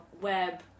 web